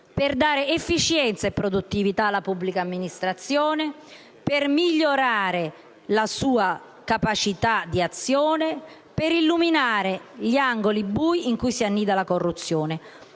per dare efficienza e produttività alla pubblica amministrazione, per migliorare la sua capacità di azione, per illuminare gli angoli bui in cui si annida la corruzione.